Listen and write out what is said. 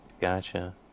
Gotcha